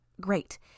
Great